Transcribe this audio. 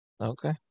Okay